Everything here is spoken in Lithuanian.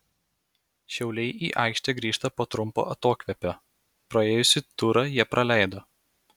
šiauliai į aikštę grįžta po trumpo atokvėpio praėjusį turą jie praleido